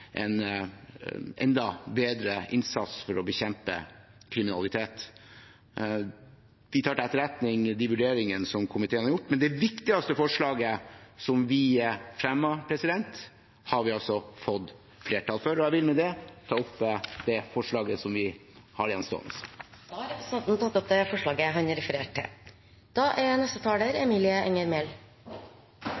en enda bedre innsats for å bekjempe kriminalitet. Vi tar til etterretning de vurderingene komiteen har gjort, men det viktigste forslaget vi fremmet, har vi altså fått flertall for. Jeg vil med det ta opp det forslaget vi har gjenstående. Representanten Per-Willy Amundsen har tatt opp det forslaget han refererte til. Senterpartiet er